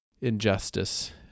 injustice